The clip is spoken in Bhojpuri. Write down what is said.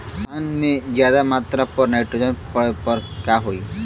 धान में ज्यादा मात्रा पर नाइट्रोजन पड़े पर का होई?